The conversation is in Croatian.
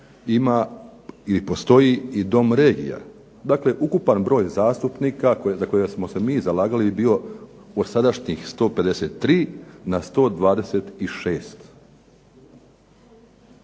ima ili postoji i dom regija. Dakle, ukupan broj zastupnika za koje smo se mi zalagali je bio od sadašnjih 153 na 126.